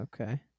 okay